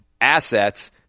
assets